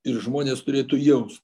ir žmonės turėtų jaus